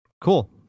Cool